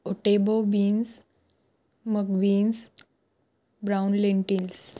otebo beans मग beans brown lentils